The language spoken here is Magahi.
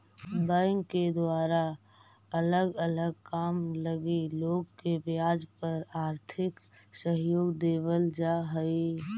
बैंक के द्वारा अलग अलग काम लगी लोग के ब्याज पर आर्थिक सहयोग देवल जा हई